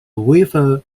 river